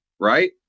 right